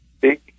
Big